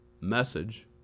message